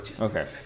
Okay